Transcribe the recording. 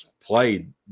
played